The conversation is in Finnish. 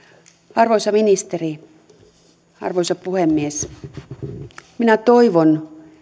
arvoisa puhemies arvoisa ministeri minä todella toivon